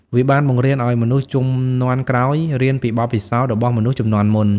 វាបានបង្រៀនឱ្យមនុស្សជំនាន់ក្រោយរៀនពីបទពិសោធន៍របស់មនុស្សជំនាន់មុន។